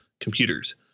computers